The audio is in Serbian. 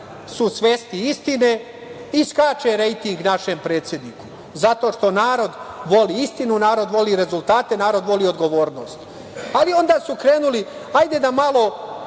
su svesni istine i skače rejting našem predsedniku. Zato što narod voli istinu, narod voli rezultate, narod voli odgovornost. Ali, onda su krenuli – ajde da malo